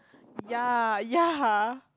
ya ya